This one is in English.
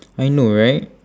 I know right